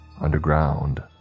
underground